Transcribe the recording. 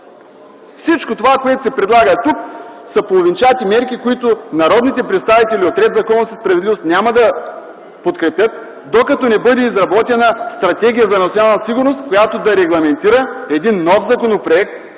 Всичко това, което се предлага тук, с половинчати мерки, които народните представители от „Ред, законност и справедливост” няма да подкрепят, докато не бъде изработена стратегия за национална сигурност, която да регламентира един нов законопроект